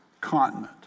continent